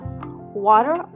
water